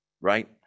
right